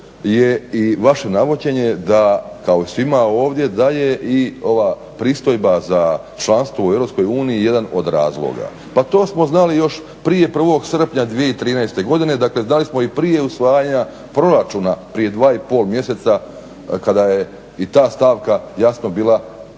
je i vaše navođenje, kao i svim ovdje da je i ovaj pristojba za članstvo u Europskoj uniji jedan od razloga. Pa to smo znali još prije 1. srpnja 2013. godine, dakle znali smo i prije usvajanja proračuna prije 2,5 mjeseca kada je i ta stavka jasno bila poznata